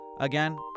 Again